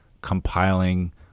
compiling